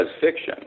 fiction